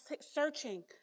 searching